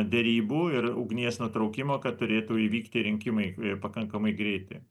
derybų ir ugnies nutraukimo kad turėtų įvykti rinkimai pakankamai greitai